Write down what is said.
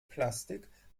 plastik